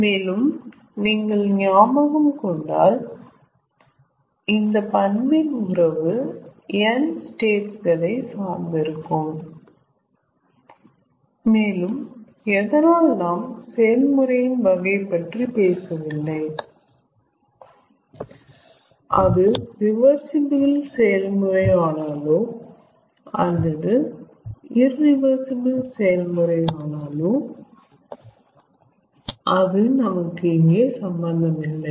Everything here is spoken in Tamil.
மேலும் நீங்கள் ஞாபகம் கொண்டால் இந்த பண்பின் உறவு n ஸ்டேட்ஸ் களை சார்ந்து இருக்கும் மேலும் எதனால் நாம் செயல்முறையின் வகை பற்றி பேசவில்லை அது ரிவர்சிபிள் செயல்முறை ஆனாலோ அல்லது இரிவர்சிபிள் செயல்முறை ஆனாலோ அது நமக்கு இங்கே சம்மந்தம் இல்லை